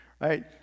Right